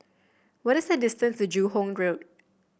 what is the distance to Joo Hong Road